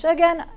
Again